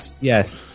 Yes